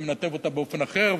הייתי מנתב אותה באופן אחר,